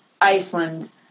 Iceland